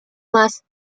más